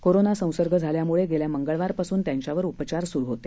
corona संसर्ग झाल्यामुळे गेल्या मंगळवारपासून त्यांच्यावर उपचार सुरु होते